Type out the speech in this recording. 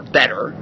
better